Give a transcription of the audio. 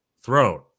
throne